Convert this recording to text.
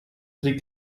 three